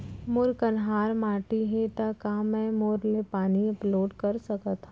मोर कन्हार माटी हे, त का मैं बोर ले पानी अपलोड सकथव?